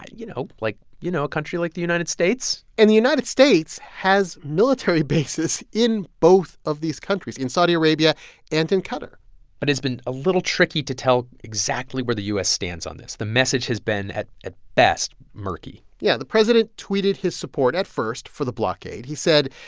ah you know, like you know, a country like the united states and the united states has military bases in both of these countries, in saudi arabia and in qatar but it's been a little tricky to tell exactly where the u s. stands on this. the message has been, at at best, murky yeah, the president tweeted his support, at first, for the blockade. he said,